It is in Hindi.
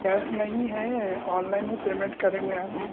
कैश नहीं है ऑनलाइन ही पेमेन्ट करेंगे हम